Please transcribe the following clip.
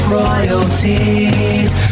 royalties